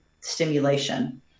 stimulation